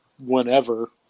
whenever